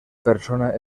persona